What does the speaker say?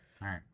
right